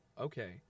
okay